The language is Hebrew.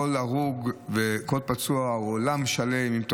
כל הרוג וכל פצוע הוא עולם שלם, עם תוכניות,